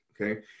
okay